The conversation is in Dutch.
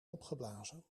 opgeblazen